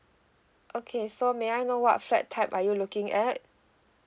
okay so may I know what flat type are you looking at